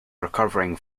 recovering